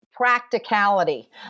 Practicality